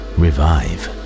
revive